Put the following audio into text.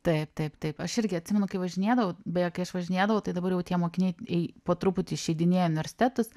taip taip taip aš irgi atsimenu kai važinėdavau beje kai aš važinėdavau tai dabar jau tie mokiniai e po truputį išeidinėja į universitetus